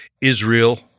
Israel